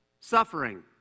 suffering